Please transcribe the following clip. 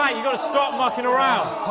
ah you gotta stop mucking around.